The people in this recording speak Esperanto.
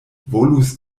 volus